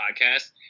podcast